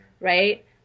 right